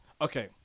okay